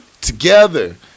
Together